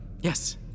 Yes